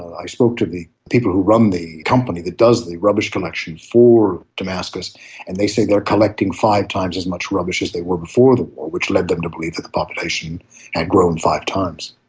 i spoke to the people who run the company that does the rubbish collection for damascus and they say they are collecting five times as much rubbish as they were before the war, which led them to believe that the population had grown five times.